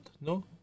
No